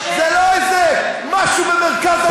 זה לא איזה משהו במרכז הליכוד.